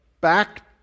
back